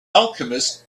alchemist